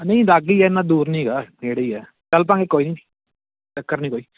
ਨਹੀਂ ਲਾਗੇ ਹੀ ਆ ਇੰਨਾਂ ਦੂਰ ਨਹੀਂ ਹੈਗਾ ਨੇੜੇ ਹੀ ਆ ਚੱਲ ਪਵਾਂਗੇ ਕੋਈ ਨਹੀਂ ਚੱਕਰ ਨਹੀਂ ਕੋਈ